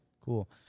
cool